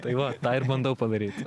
tai va tą ir bandau padaryt